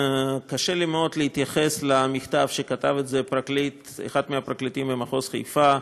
קשה לי מאוד להתייחס למכתב שכתב אחד מהפרקליטים במחוז חיפה,